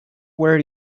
where